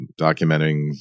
documenting